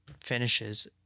finishes